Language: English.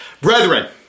Brethren